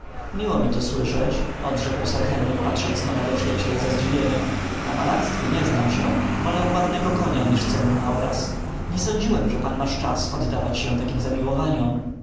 miło mi to słyszeć odrzekł sir henryk patrząc na mego przyjaciela ze zdziwieniem na malarstwie nie znam się wolę ładnego konia niż cenny obraz nie sądziłem że pan masz czas oddawać się takim zamiłowaniom